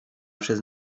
przez